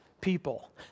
people